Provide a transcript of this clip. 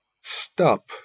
stop